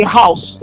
house